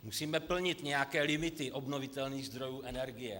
Musíme plnit nějaké limity obnovitelných zdrojů energie.